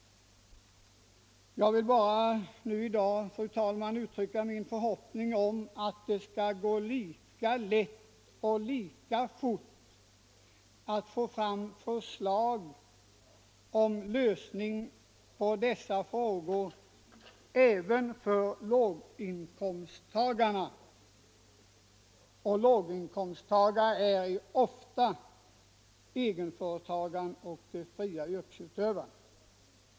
Jag vill i dag, fru talman, uttala min förhoppning att det skall gå lika lätt och lika fort att få fram förslag om en lösning även för låginkomsttagarna — och låginkomsttagare är ofta egenföretagare och fria yrkesutövare.